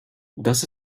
das